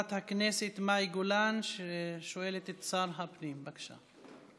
חברת הכנסת מאי גולן שואלת את שר הפנים, בבקשה.